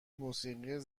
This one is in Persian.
موسیقی